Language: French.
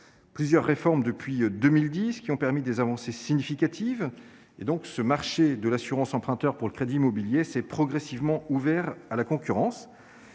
succédé depuis 2010 ont permis des avancées significatives. Le marché de l'assurance emprunteur pour le crédit immobilier s'est progressivement ouvert à la concurrence.